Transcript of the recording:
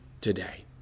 today